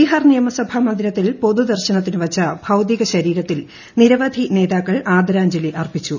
ബിഹാർ നിയമസഭ മന്ദിരത്തിൽ പൊതുദർശനത്തിനു വച്ച ഭൌതിക ശരീരത്തിൽ നിരവധി നേതാക്കൾ ആദരാജ്ഞലി അർപ്പിച്ചു